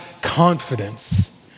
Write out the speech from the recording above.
confidence